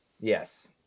Yes